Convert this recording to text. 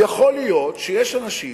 ויכול להיות שיש אנשים